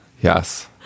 Yes